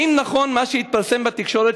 האם נכון מה שהתפרסם בתקשורת,